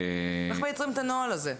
איך מייצרים את הנוהל הזה?